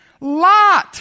Lot